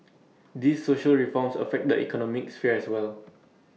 these social reforms affect the economic sphere as well